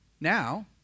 Now